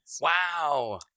Wow